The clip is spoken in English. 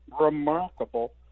remarkable